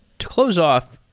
to close off,